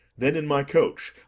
then in my coach,